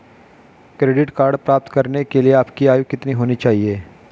Credit card प्राप्त करने के लिए आपकी आयु कितनी होनी चाहिए?